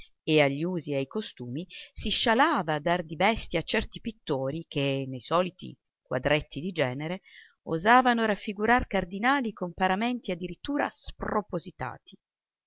e a gli usi e ai costumi si scialava a dar di bestia a certi pittori che nei soliti quadretti di genere osavano raffigurar cardinali con paramenti addirittura spropositati